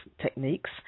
techniques